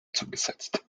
zugesetzt